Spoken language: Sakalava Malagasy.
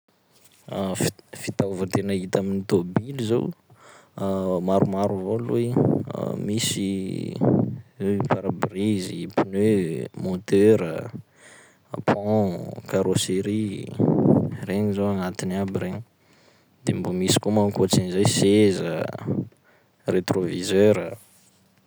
Fit- fitaova tena hita amin'ny tômbily zao maromaro avao aloha i misy parebrise, pneu, moteur a, pont, carosserie, regny zao agnatiny aby regny, de mbô misy koa moa ankoatsin'izay seza, rétroviseur a.